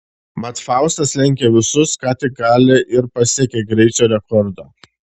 mat faustas lenkia visus ką tik gali ir pasiekia greičio rekordą